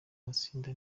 matsinda